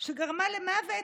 גרמה למוות.